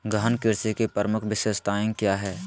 गहन कृषि की प्रमुख विशेषताएं क्या है?